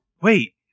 Wait